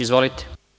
Izvolite.